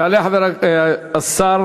יעלה שר